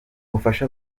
bufasha